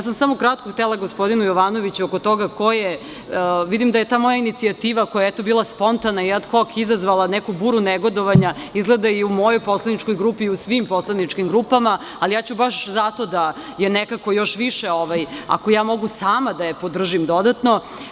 Samo sam kratko htela gospodinu Jovanoviću oko toga ko je, vidim da je ta moja inicijativa koja je eto bila spontana i ad hok izazvala neku buru negodovanja, izgleda da je i u mojoj poslaničkoj grupi i u svim poslaničkim grupama, ali ja ću baš zato da je nekako još više, ako ja mogu sama da je podržim dodatno.